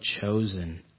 chosen